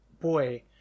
boy